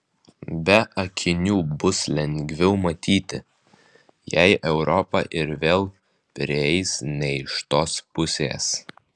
be akinių bus lengviau matyti jei europa ir vėl prieis ne iš tos pusės